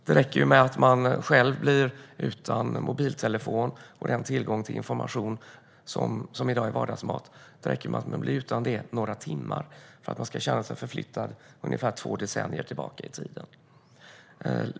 Det räcker med att man själv blir utan mobiltelefon och den tillgång till information som i dag är vardagsmat under några timmar för att man ska känna sig förflyttad ungefär två decennier tillbaka i tiden.